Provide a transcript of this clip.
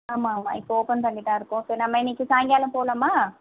ஆமாம் ஆமாம் இப்போ ஓப்பன் பண்ணிதான் இருக்கும் ஸோ நம்ம இன்னிக்கு சாயங்காலம் போகலாமா